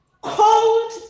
cold